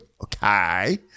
okay